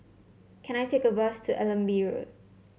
can I take a bus to Allenby Road